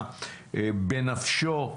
אני יודע שזה בנפשך.